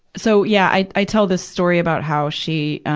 so, yeah, i, i tell this story about how she, um,